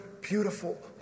beautiful